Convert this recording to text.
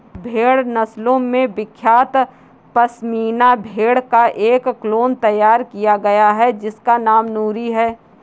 भेड़ नस्लों में विख्यात पश्मीना भेड़ का एक क्लोन तैयार किया गया है जिसका नाम नूरी है